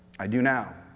i do now.